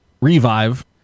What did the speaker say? revive